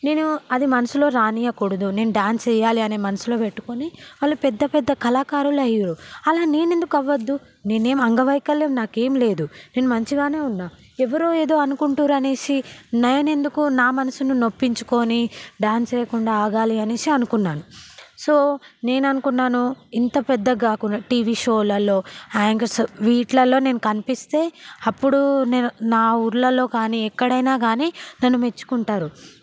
నేను అది మనసులో రానివ్వకూడదు నేను డాన్స్ వేయాలని మనసులో పెట్టుకొని వాళ్లు పెద్ద పెద్ద కళాకారులు అయిరు అలా నేనెందుకు అవ్వదు నేను ఏమీ అంగవైకల్యం నాకేమీ లేదు నేను మంచిగానే ఉన్న ఎవరో ఏదో అనుకుంటురు అనేసి నేను ఎందుకు నా మనసును నొప్పించుకొని డాన్స్ వేయకుండా ఆగాలి అనేసి అనుకున్నాను సో నేను అనుకున్నాను ఇంత పెద్దగా కాకుండా టీవీ షోలలో యాంకర్స్ వీటిలలో నేను కనిపిస్తే అప్పుడు నేను నా ఊరిలో కానీ ఎక్కడైనా కాని నన్ను మెచ్చుకుంటారు